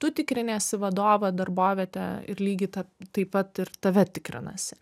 tu tikriniesi vadovą darbovietę ir lygiai ta taip pat ir tave tikrinasi